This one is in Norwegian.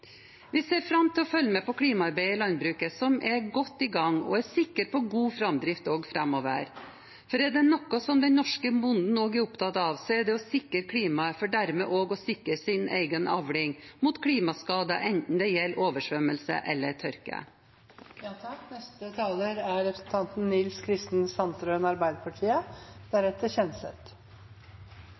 Vi ser fram til å følge med på klimaarbeidet i landbruket, som er godt i gang, og er sikre på god framdrift også framover. For er det noe som den norske bonden er opptatt av, er det å sikre klimaet, for dermed også å sikre sin egen avling mot klimaskader, enten det gjelder oversvømmelse eller tørke. Sommeren 2018, altså for kun tre år siden, slo tørkekrisen inn over Norge, og Arbeiderpartiet